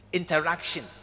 interaction